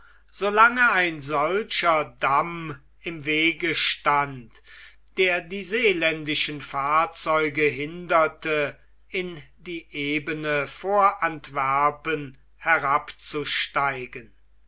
ein solcher damm im wege stand der die seeländischen fahrzeuge hinderte in die ebene vor